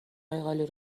قالی